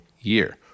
year